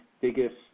biggest